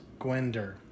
Gwender